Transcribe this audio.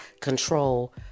control